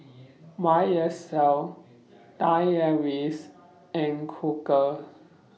Y S L Thai Airways and Koka